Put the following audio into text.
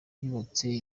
yubatse